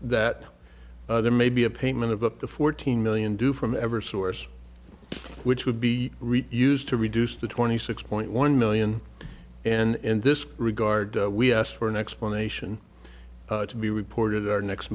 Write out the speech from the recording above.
that there may be a payment of up to fourteen million due from ever source which would be used to reduce the twenty six point one million and in this regard we asked for an explanation to be reported our next